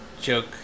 joke